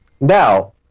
Now